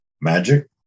magic